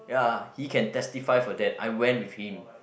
ya he can testify for that I went with him